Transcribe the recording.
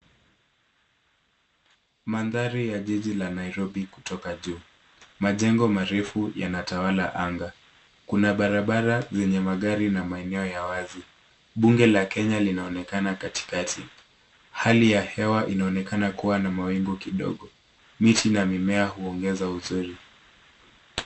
Mandhari ya jiji la Nairobi kutoka juu. Majengo marefu yanatawala anga. Kuna barabara zenye magari na maeneo ya wazi. Bunge la Kenya linaonekana katikati. Hali ya hewa inaonekana kuwa na mawingu kidogo. Miti na mimea huongeza uzuri.